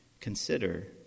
consider